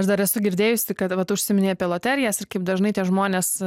aš dar esu girdėjusi kad vat užsiminei apie loterijas ir kaip dažnai tie žmonės